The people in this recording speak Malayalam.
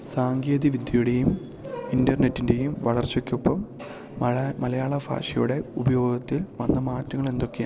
സാങ്കേതിവിദ്യയുടേയും ഇൻ്റർനെറ്റിൻറ്റേയും വളർച്ചക്കൊപ്പം മഴ മലയാള ഭാഷയുടെ ഉപയോഗത്തിൽ വന്ന മാറ്റങ്ങളെന്തൊക്കെയാണ്